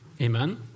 Amen